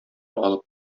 алып